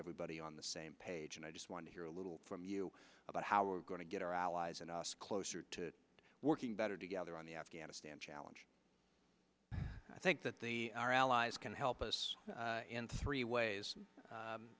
everybody on the same page and i just want to hear a little from you about how we're going to get our allies and us closer to working better together on the afghanistan challenge i think that the our allies can help us in three ways